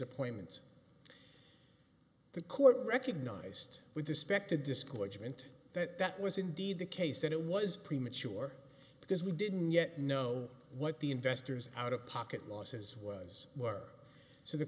appointment the court recognized with respect to discouragement that that was indeed the case that it was premature because we didn't yet know what the investors out of pocket losses was were so the